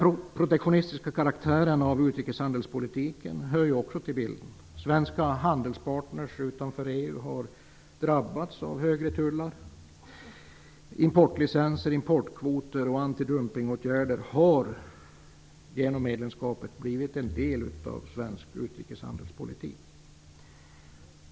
Utrikeshandelspolitikens protektionistiska karaktär hör också till bilden. Svenska handelspartner utanför EU har drabbats av högre tullar. Importlicenser, importkvoter och antidumpningåtgärder har genom medlemskapet blivit en del av svensk utrikeshandelspolitik.